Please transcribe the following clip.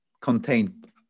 contained